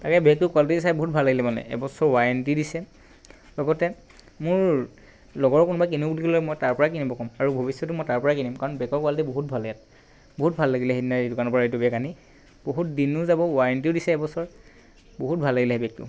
তাকে বেগটোৰ কুৱালিটিটো চাই বহুত ভাল লাগিলে মানে এবছৰ ৱাৰেন্টি দিছে লগতে মোৰ লগৰ কোনোবাই কিনো বুলি ক'লে মই তাৰ পৰা কিনিব ক'ম আৰু ভৱিষ্যতেও মই তাৰ পৰাই কিনিম কাৰণ বেগৰ কুৱালিটি বহুত ভাল ইয়াত বহুত ভাল লাগিল সেইদিনা এই দোকানৰ পৰা এইটো বেগ আনি বহুত দিনো যাব ৱাৰেন্টিও দিছে এবছৰ বহুত ভাল লাগিলে বেগটো